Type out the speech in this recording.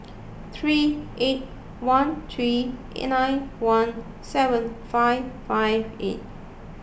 three eight one three nine one seven five five eight